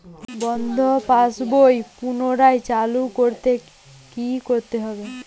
বন্ধ পাশ বই পুনরায় চালু করতে কি করতে হবে?